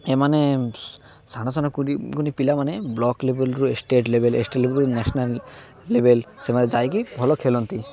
ଏମାନେ ସାନ ସାନ କୁୁନିକୁନି ପିଲାମାନେ ବ୍ଲକ୍ ଲେବଲ୍ରୁ ଷ୍ଟେଟ୍ ଲେବଲ୍ ଷ୍ଟେଟ୍ ଲେବେଲ୍ରୁ ନ୍ୟାସନାଲ୍ ଲେବଲ୍ ସେମାନେ ଯାଇକି ଭଲ ଖେଳନ୍ତି